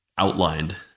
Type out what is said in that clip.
outlined